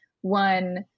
one